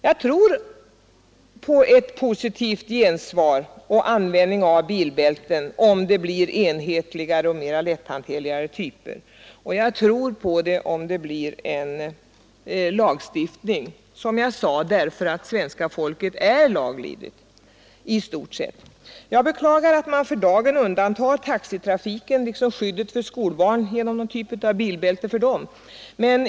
Jag tror på ett positivt gensvar och ökad användning av bilbälten, om det blir enhetligare och mera lätthanterliga typer — och om det blir lagstiftning, eftersom svenska folket, som jag nyss sade, i stort sett är laglydigt. Jag beklagar att man för dagen undantar taxitrafiken liksom skolbarnen från skyddet genom någon typ av bilbälte.